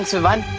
vivaan,